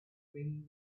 rim